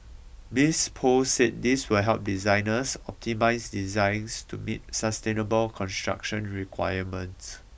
Miss Poh said this will help designers optimise designs to meet sustainable construction requirements